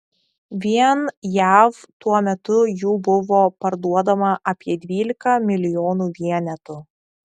vien jav tuo metu jų buvo parduodama apie dvylika milijonų vienetų